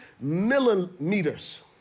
millimeters